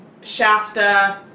Shasta